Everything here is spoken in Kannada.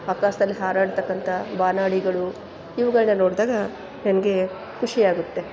ಆಕಾಶ್ದಲ್ಲಿ ಹಾರಡ್ತಕ್ಕಂಥ ಬಾನಾಡಿಗಳು ಇವುಗಳನ್ನ ನೋಡಿದಾಗ ನನಗೆ ಖುಷಿಯಾಗುತ್ತೆ